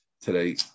today